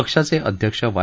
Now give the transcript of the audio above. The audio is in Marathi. पक्षाचे अध्यक्ष वाय